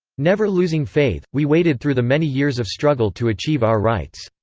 never losing faith, we waited through the many years of struggle to achieve our rights.